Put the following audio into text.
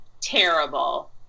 terrible